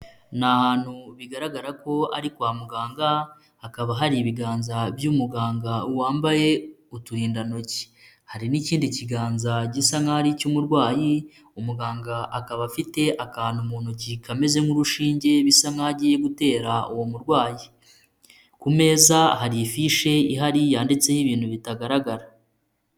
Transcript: Ni ahantu bigaragara ko ari kwa muganga, hakaba hari ibiganza by'umuganga wambaye uturindantoki. Hari n'ikindi kiganza gisa nk'icy'umurwayi, umuganga akaba afite akantu mu ntoki kameze nk'urushinge, bisa nk'aho agiye gutera uwo murwayi. Ku meza hari ifishe yanditseho'ibintu bitagaragara.